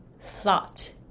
thought